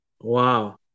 Wow